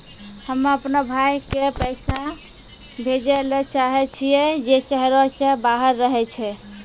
हम्मे अपनो भाय के पैसा भेजै ले चाहै छियै जे शहरो से बाहर रहै छै